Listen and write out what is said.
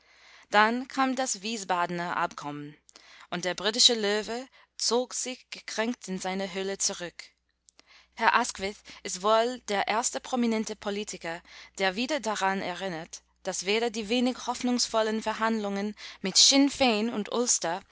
dann kam das wiesbadener abkommen und der britische löwe zog sich gekränkt in seine höhle zurück herr asquith ist wohl der erste prominente politiker der wieder daran erinnert daß weder die wenig hoffnungsvollen verhandlungen mit sinnfein und